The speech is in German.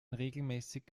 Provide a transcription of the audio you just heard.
regelmäßig